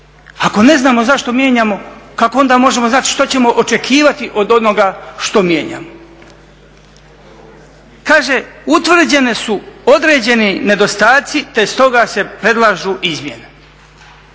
Ako ne znamo zašto mijenjamo kako onda možemo znati što ćemo očekivati od onoga što mijenjamo. Kaže, utvrđene su određeni nedostaci te stoga se predlažu izmjene.